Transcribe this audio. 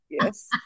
Yes